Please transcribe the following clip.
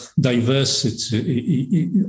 diversity